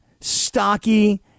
stocky